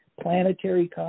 planetary